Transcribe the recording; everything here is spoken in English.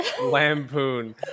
Lampoon